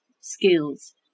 skills